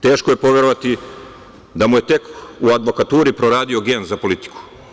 Teško je poverovati da mu je tek u advokaturu proradio gen za politiku.